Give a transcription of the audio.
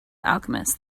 alchemist